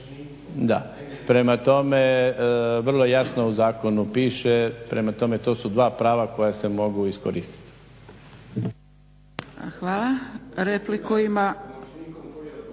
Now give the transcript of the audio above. prema tome vrlo jasno u zakonu piše, prema tome to su dva prava koja se mogu iskoristit. **Zgrebec, Dragica